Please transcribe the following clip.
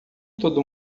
todo